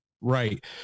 Right